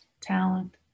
talent